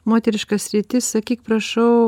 moteriška sritis sakyk prašau